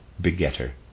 begetter